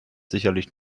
sicherlich